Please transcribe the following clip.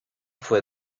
fue